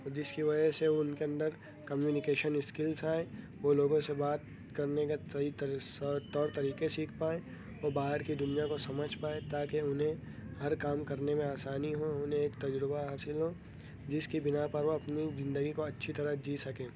جس کی وجہ سے ان کے اندر کمیونیکیشن اسکلس آئیں وہ لوگوں سے بات کرنے کا صحیح طور طریقے سیکھ پائیں وہ باہر کی دنیا کو سمجھ پائیں تاکہ انہیں ہر کام کرنے میں آسانی ہو انہیں ایک تجربہ حاصل ہو جس کی بنا پر وہ اپنی زندگی کو اچھی طرح جی سکیں